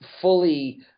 fully